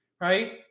right